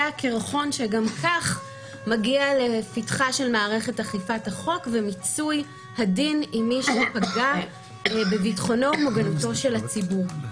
הקרחון של מיצוי הדין במי שפגע בביטחונו ובבריאותו של הציבור.